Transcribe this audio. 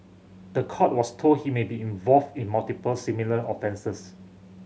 the court was told he may be involved in multiple similar offences